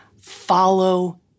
follow